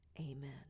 Amen